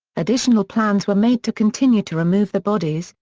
additional plans were made to continue to remove the bodies,